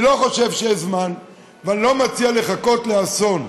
אני לא חושב שיש זמן, ואני לא מציע לחכות לאסון.